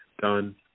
done